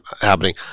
happening